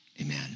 amen